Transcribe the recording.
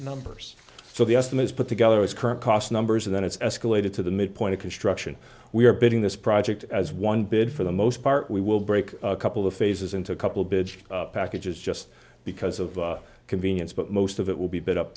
numbers so the estimates put together as current cost numbers and then it's escalated to the midpoint of construction we are bidding this project as one dollar bid for the most part we will break a couple of phases into a couple big packages just because of convenience but most of it will be bid up